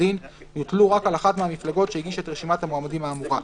הדין יוטלו רק על אחת מהמפלגות שהגישה את רשימת המועמדים האמורה,